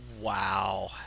Wow